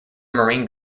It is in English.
marine